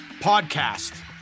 podcast